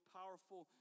powerful